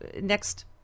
next